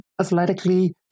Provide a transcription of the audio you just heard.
athletically